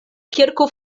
kirko